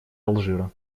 алжира